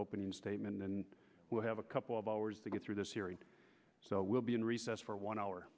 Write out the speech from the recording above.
opening statement and we'll have a couple of hours to get through this hearing so we'll be in recess for one hour